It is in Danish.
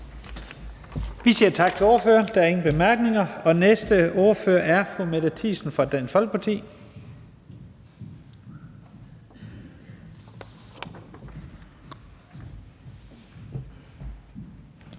Vi siger tak til ordføreren. Der er ingen korte bemærkninger. Næste ordfører er fru Mette Thiesen fra Dansk Folkeparti.